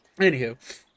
Anywho